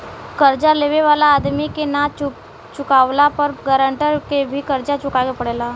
कर्जा लेवे वाला आदमी के ना चुकावला पर गारंटर के भी कर्जा चुकावे के पड़ेला